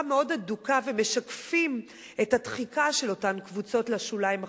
הדוקה מאוד ומשקפים את הדחיקה של אותן קבוצות לשוליים החברתיים.